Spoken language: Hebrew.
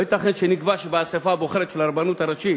לא ייתכן שנקבע שהאספה הבוחרת של הרבנות הראשית